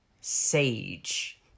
sage